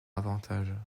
avantage